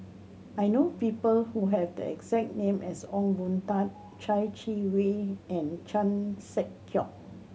I know people who have the exact name as Ong Boon Tat Chai Yee Wei and Chan Sek Keong